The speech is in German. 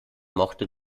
mochte